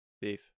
Beef